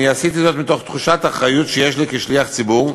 אני עשיתי זאת מתוך תחושת אחריות שיש לי כשליח ציבור,